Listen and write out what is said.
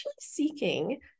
seeking